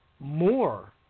More